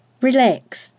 relax